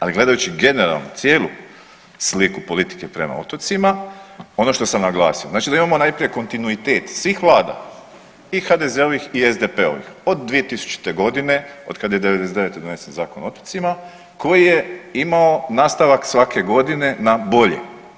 Ali gledajući generalno cijelu sliku politike prema otocima ono što sam naglasio znači da imamo najprije kontinuitet svih vlada i HDZ-ovih i SDP-ovih od 2000. godine od kad je '99. donesen Zakon o otocima koji je imamo nastavak svake godine na bolje.